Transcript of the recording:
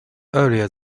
earlier